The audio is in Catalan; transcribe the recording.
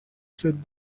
set